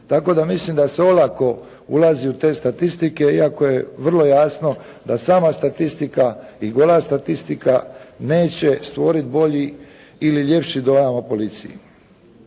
Tako da mislim da se olako ulazi u te statistike iako je vrlo jasno da sama statistika i gola statistika neće stvoriti bolji ili ljepši dojam o policiji.